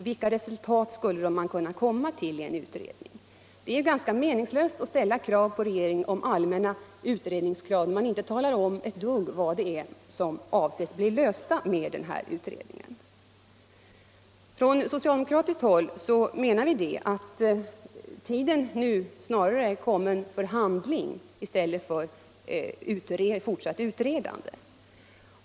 Vilka resultat skulle man kunna komma till i en utredning? Det är ganska meningslöst att ställa allmänna krav på utredningar om man inte talar om vad som skall lösas med dem. Från socialdemokratiskt håll menar vi att tiden snarare är kommen för handling än för fortsatt utredande.